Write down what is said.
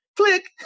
click